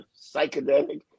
psychedelic